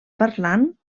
parlant